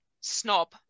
snob